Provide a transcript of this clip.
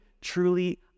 truly